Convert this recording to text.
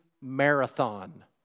marathon